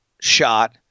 shot